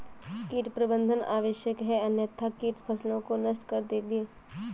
कीट प्रबंधन आवश्यक है अन्यथा कीट फसलों को नष्ट कर देंगे